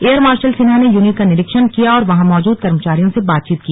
air marshal Sinha ने unit का निरीक्षण किया और वहां मौजूद कर्मचारियों से बातचीत की